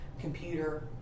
computer